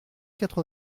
quatre